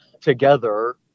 together